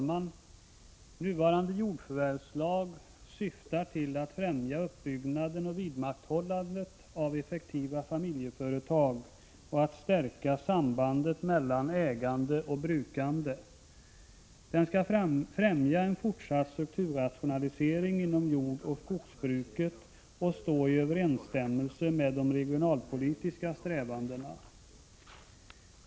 Fru talman! Jordförvärvslagen syftar till att främja uppbyggnaden och vidmakthållandet av effektiva familjeföretag och stärka sambandet mellan ägande och brukande. Den skall främja en fortsatt strukturrationalisering inom jordoch skogsbruket samt stå i överensstämmelse med de regionalpolitiska strävandena.